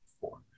Four